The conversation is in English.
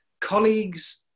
colleagues